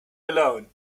alone